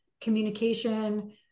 communication